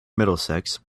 middlesex